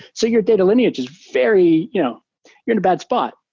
so your data lineage is very you know you're in a bad spot.